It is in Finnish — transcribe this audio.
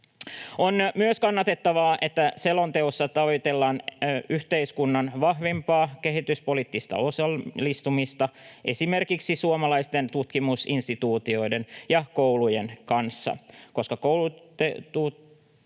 On myös kannatettavaa, että selonteossa tavoitellaan yhteiskunnan vahvempaa kehityspoliittista osallistumista esimerkiksi suomalaisten tutkimusinstituutioiden ja koulujen kanssa, koska lasten